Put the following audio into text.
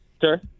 Sir